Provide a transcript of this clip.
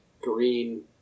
green